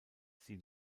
sie